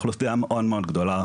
זו אוכלוסיה מאוד מאוד גדולה,